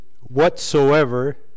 whatsoever